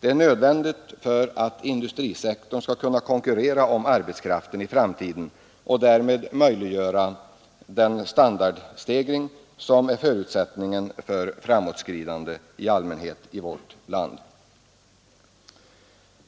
Det är nödvändigt för att industrisektorn skall kunna konkurrera om arbetskraften i framtiden och därmed möjliggöra den standardstegring som är förutsättningen för framåtskridande i allmänhet i vårt land.